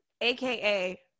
AKA